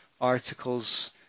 articles